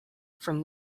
from